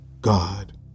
God